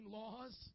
laws